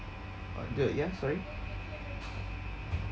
uh the ya sorry